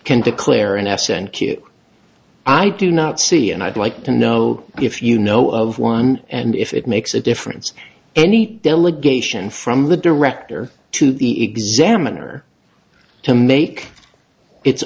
can declare an s and q i do not see and i'd like to know if you know of one and if it makes a difference any delegation from the director to the examiner to make its